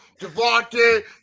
Devontae